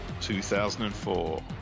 2004